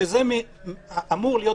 כשזה אמור להיות